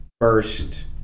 first